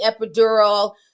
epidural